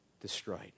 destroyed